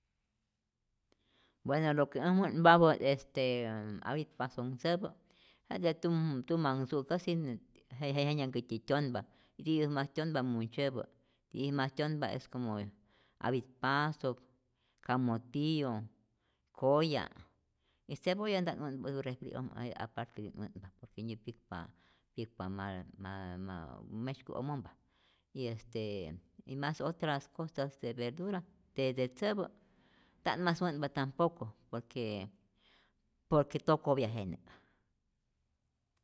Bueno lo que ät wä'npapä't, est apit pasonhtzäpä jete tum tumanh ntzu'käsi jenyanhkätyi tyonpa, tiyä mas tyonpa muntzyäpä, tiyä mas tyonpa es como apit pasok, kamotillo, koya', y cebolla nta't wä'npa ät refri'ojmä, jetej apartedi't wä'npa por que nyä tzäkpa tzyäkpa ma ma ma mesyku omompa y este y mas otras cosas de verdura de tzäpä nta't wä'npa tampoco por que por que tokopya jenä'.